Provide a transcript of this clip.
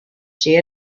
she